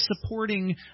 supporting